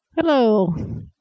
Hello